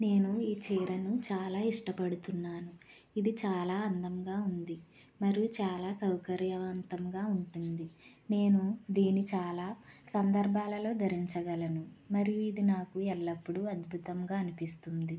నేను ఈ చీరను చాలా ఇష్టపడుతున్నాను ఇది చాలా అందంగా ఉంది మరియు చాలా సౌకర్యంవంతంగా ఉంటుంది నేను దీన్ని చాలా సందర్భాలలో ధరించగలను మరియు ఇది నాకు ఎల్లప్పుడూ అద్భుతంగా అనిపిస్తుంది